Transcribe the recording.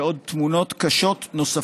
ועוד תמונות קשות נוספות.